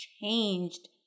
changed